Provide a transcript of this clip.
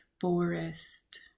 forest